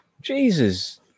Jesus